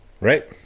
Right